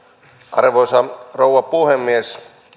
arvoisa rouva puhemies